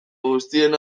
guztien